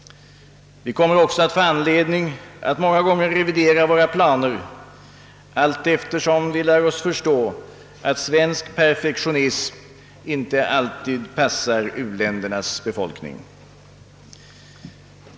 Vi kommer också att få anledning att många gånger revidera våra planer allteftersom vi lär oss förstå att svensk pefektionism inte alltid passar u-ländernas befolkning.